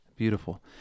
Beautiful